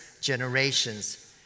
generations